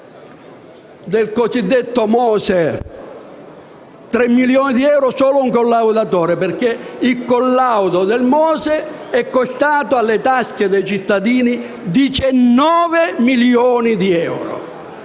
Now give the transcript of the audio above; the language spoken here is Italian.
il collaudo del MOSE è costato alle tasche dei cittadini 19 milioni di euro.